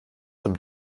zum